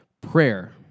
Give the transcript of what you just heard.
Prayer